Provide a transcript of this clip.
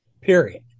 Period